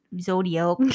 Zodiac